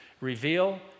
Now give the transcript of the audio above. Reveal